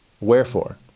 Wherefore